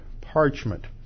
parchment